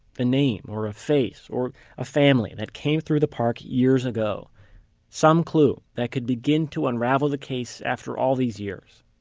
name, or a face, or a family and that came through the park years ago some clue that could begin to unravel the case after all these years